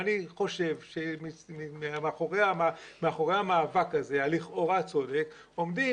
אני חושב שמאחורי המאבק הזה הלכאורה צודק עומדים